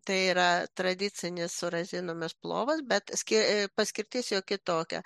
tai yra tradicinis su razinomis plovas bet skė paskirtis jo kitokia